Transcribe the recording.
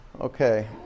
Okay